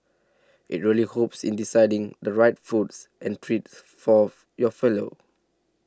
it really holps in deciding the right foods and treats for your fellow